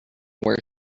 where